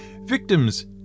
Victims